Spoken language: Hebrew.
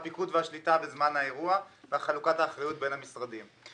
הפיקוד והשליטה בזמן האירוע וחלוקת האחריות בין המשרדים.